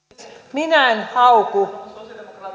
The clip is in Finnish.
minä en hauku